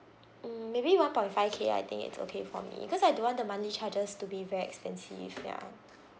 mm maybe one point five K I think it's okay for me because I don't want the monthly charges to be very expensive ya